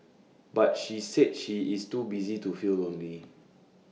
but she said she is too busy to feel lonely